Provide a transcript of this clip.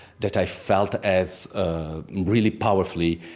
that i felt as, ah, really powerfully.